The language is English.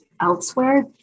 elsewhere